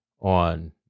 on